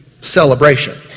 Celebration